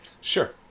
Sure